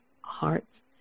hearts